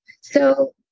So-